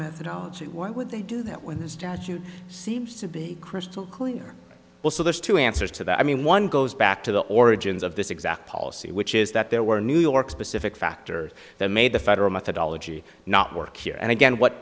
methodology why would they do that when the statute seems to be crystal clear also there's two answers to that i mean one goes back to the origins of this exact policy which is that there were new york specific factor that made the federal methodology not work here and again what